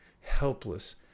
helpless